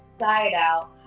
sigh it out.